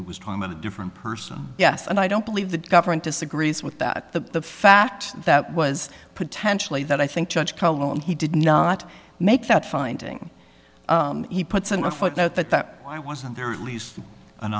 it was time in a different person yes and i don't believe the government disagrees with that the fact that was potentially that i think judge cohen he did not make that finding he puts in a footnote that that why wasn't there at least an